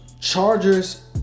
Chargers